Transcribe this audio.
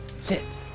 sit